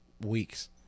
weeks